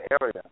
area